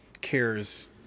cares